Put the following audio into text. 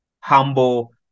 humble